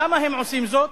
למה הם עושים זאת?